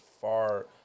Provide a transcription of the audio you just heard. far